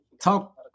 Talk